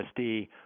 USD